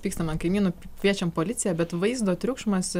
pykstam ant kaimynų kviečiam policiją bet vaizdo triukšmas